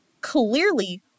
clearly